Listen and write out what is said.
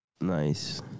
Nice